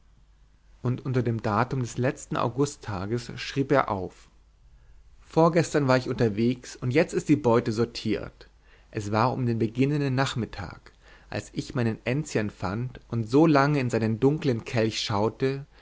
und unter dem datum des letzten augusttages schrieb er auf vorgestern war ich unterwegs und jetzt ist die beute sortiert es war um den beginnenden nachmittag als ich meinen enzian fand und so lange in seinen dunklen kelch schaute